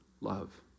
Love